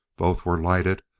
both were lighted,